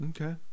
Okay